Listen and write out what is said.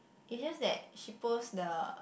it's just that she post the